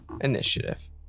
initiative